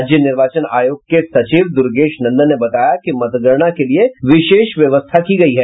राज्य निर्वाचन आयोग के सचिव दूर्गेश नंदन ने बताया कि मतगणना के लिए विशेष व्यवस्था की गयी हैं